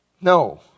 No